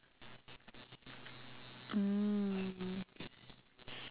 mm